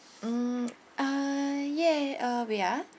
mm ah yeah uh we are